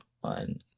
one